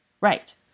Right